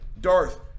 Darth